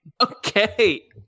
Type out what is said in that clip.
okay